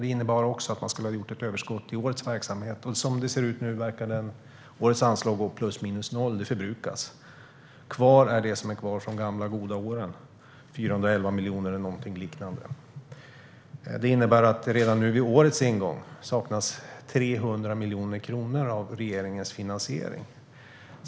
Det innebar också att man skulle ha gjort ett överskott i årets verksamhet. Som det ser ut nu verkar årets anslag gå plus minus noll: Det förbrukas. Kvar är det som finns kvar från de gamla goda åren, 411 miljoner eller något liknande, vilket innebär att det redan vid årets ingång saknas 300 miljoner kronor av regeringens finansiering.